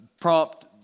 prompt